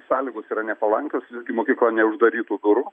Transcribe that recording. sąlygos yra nepalankios visgi mokykla neuždarytų durų